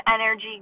energy